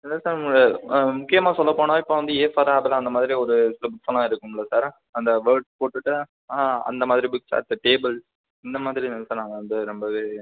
இல்லை சார் முக்கியமாக சொல்ல போனால் இப்போ வந்து ஏ ஃபார் ஆப்பிள் அந்த மாதிரி ஒரு புக்ஸ்ல்லாம் இருக்குமில்ல சார் அந்த வோர்ட்ஸ் போட்டுட்டு அந்த மாதிரி புக் சார்ட்டு டேபுள் இந்த மாதிரி வந்து சார் நான் வந்து ரொம்பவே